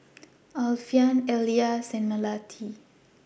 Alfian Elyas and Melati